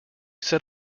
set